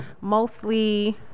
mostly